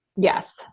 Yes